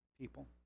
people